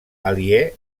aliè